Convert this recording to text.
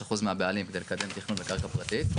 75% מהבעלים כדי לקדם תכנון בקרקע פרטית,